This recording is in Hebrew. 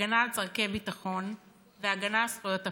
הגנה על צורכי ביטחון והגנה על זכויות הפרט.